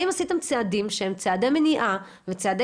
האם עשיתם צעדים שהם צעדי מניעה וצעדי